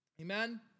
Amen